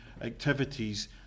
activities